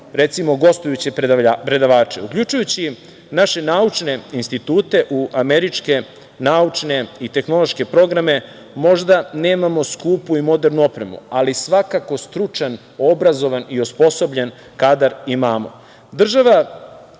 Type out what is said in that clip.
recimo, gostujuće predavače, uključujući naše naučne institute u američke naučne i tehnološke programe. Možda nemamo skupu i modernu opremu, ali svakako stručan, obrazovan i osposobljen kadar imamo. Država